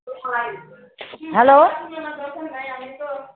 hello